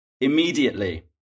immediately